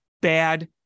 bad